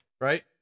Right